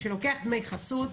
שלוקח דמי חסות,